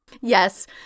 Yes